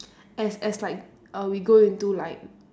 as as like err we go into like